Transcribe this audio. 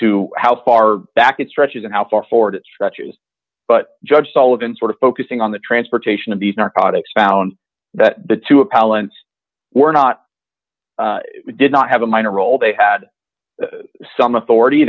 to how far back it stretches and how far forward it stretches but judge sullivan sort of focusing on the transportation of these narcotics found that the to a palance were not did not have a minor role they had some authority